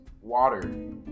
water